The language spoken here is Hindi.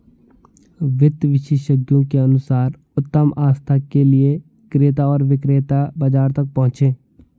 वित्त विशेषज्ञों के अनुसार उत्तम आस्था के लिए क्रेता और विक्रेता बाजार तक पहुंचे